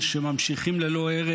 שממשיכים ללא הרף